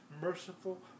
merciful